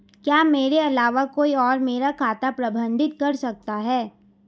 क्या मेरे अलावा कोई और मेरा खाता प्रबंधित कर सकता है?